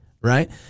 Right